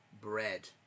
bread